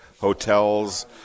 hotels